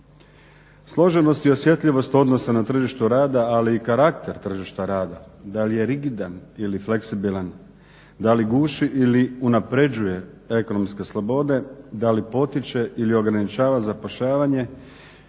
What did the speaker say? Složenost i osjetljivost odnosa na tržištu rada, ali i karakter tržišta rada da li je rigidan ili fleksibilan, da li guši ili unapređuje ekonomske slobode, da li potiče ili ograničava zapošljavanje